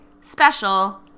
special